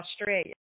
Australia